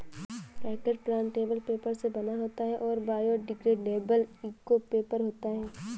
packet plantable paper से बना होता है और बायोडिग्रेडेबल इको पेपर होता है